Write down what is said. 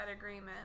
agreement